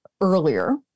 earlier